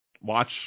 Watch